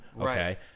Okay